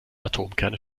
atomkerne